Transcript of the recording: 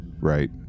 right